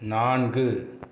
நான்கு